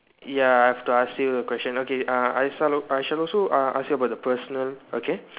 ya I have to ask you a question okay uh I start off I shall also uh ask you about the personal okay